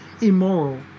immoral